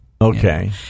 okay